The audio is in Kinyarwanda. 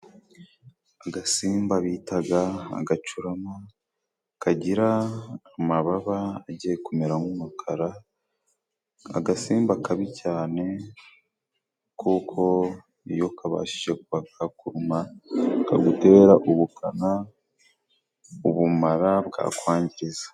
Agasimba bitaga agacurama kagira amababa agiye kumera nk'umukara , agasimba kabi cyane kuko iyo kabashije kuba kakuruma kagutera ubukana ,ubumara bwakwangiza.